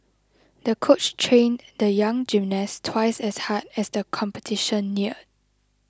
the coach trained the young gymnast twice as hard as the competition neared